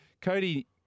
Cody